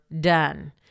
done